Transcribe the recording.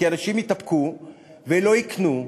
כי אנשים יתאפקו ולא יקנו.